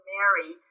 Mary